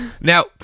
Now